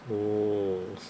oh